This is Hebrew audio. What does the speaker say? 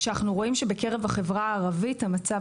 כשאנחנו רואים שבקרב החברה הערבית המצב